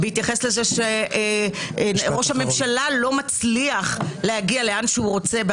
בהתייחס לזה שראש הממשלה לא מצליח להגיע לאן שהוא רוצה,